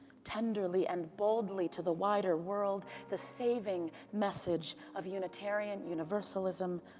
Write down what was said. tenderly and boldly to the wider world. the saving message of unitarian universalism,